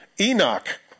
Enoch